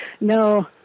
no